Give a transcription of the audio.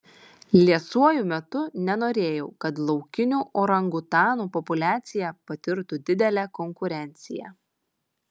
liesuoju metu nenorėjau kad laukinių orangutanų populiacija patirtų didelę konkurenciją